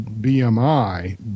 BMI